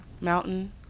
mountain